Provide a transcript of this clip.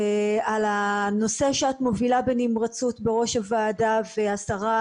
על הנושא שאת מובילה בנמרצות בראש הוועדה ולברך גם את השרה